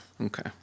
Okay